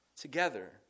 Together